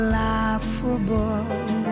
laughable